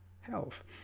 health